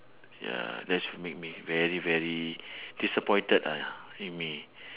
ya that's make me very very disappointed lah make me